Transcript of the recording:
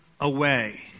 away